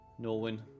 norwin